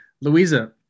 Louisa